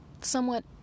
somewhat